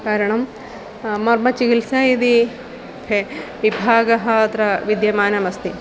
कारणं मर्मचिकित्सा इति एकः विभागः अत्र विद्यमानमस्ति